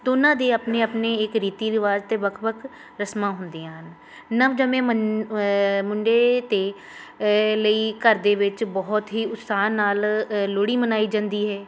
ਦੋਨਾਂ ਦੇ ਆਪਣੇ ਆਪਣੇ ਇੱਕ ਰੀਤੀ ਰਿਵਾਜ਼ ਅਤੇ ਵੱਖ ਵੱਖ ਰਸਮਾਂ ਹੁੰਦੀਆਂ ਹਨ ਨਵਜੰਮੇ ਮਨ ਮੁੰਡੇ ਅਤੇ ਲਈ ਘਰ ਦੇ ਵਿੱਚ ਬਹੁਤ ਹੀ ਉਤਸ਼ਾਹ ਨਾਲ ਲੋਹੜੀ ਮਨਾਈ ਜਾਂਦੀ ਹੈ